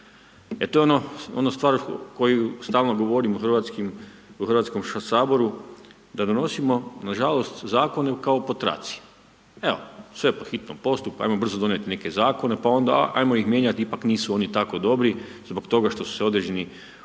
E to je ono, onu stvar koju stalno govorimo u HS, da donosimo nažalost zakone kao po traci, evo sve po hitnom postupku, ajmo brzo donijeti neke zakone, pa onda ajmo ih mijenjat, ipak nisu oni tako dobri zbog toga što se određeni ljudi